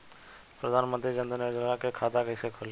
प्रधान मंत्री जनधन योजना के खाता कैसे खुली?